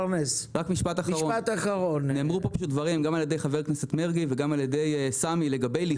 גם על ידי חבר הכנסת מרגי וגם על ידי סמי עלי ג'רבאן,